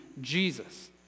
Jesus